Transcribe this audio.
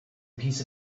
piece